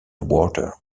water